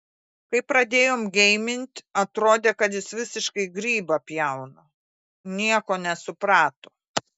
kai pradėjom geimint atrodė kad jis visiškai grybą pjauna nieko nesuprato